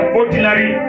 ordinary